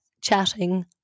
chatting